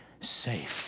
safe